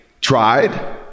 tried